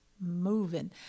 Moving